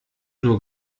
nur